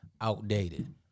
outdated